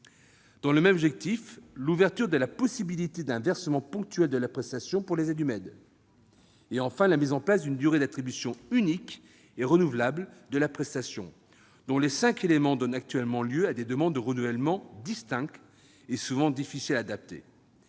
dans le même objectif, d'ouvrir la possibilité d'un versement ponctuel de la prestation pour les aides humaines. Il s'agit enfin de la mise en place d'une durée d'attribution unique et renouvelable de la prestation, dont les cinq éléments donnent actuellement lieu à des demandes de renouvellement distinctes et souvent fastidieuses.